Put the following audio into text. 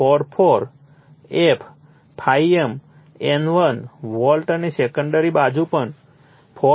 44 f ∅ m N1 volt અને secondary બાજુ પણ 4